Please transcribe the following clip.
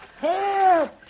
Help